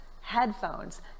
headphones